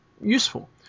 useful